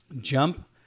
jump